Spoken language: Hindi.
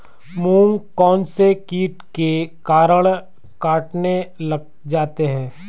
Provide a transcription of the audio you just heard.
मूंग कौनसे कीट के कारण कटने लग जाते हैं?